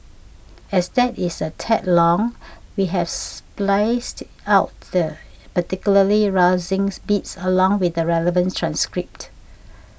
as that is a tad long we've spliced out the particularly rousing bits along with the relevant transcript